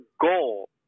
goal